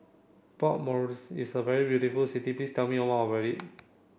Port Moresby is a very beautiful city please tell me more about it